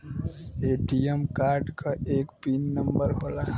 ATM card क एक pin number होला